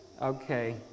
Okay